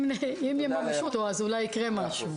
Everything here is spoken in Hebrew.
אם יממשו אותו אז אולי יקרה משהו.